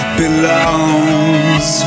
belongs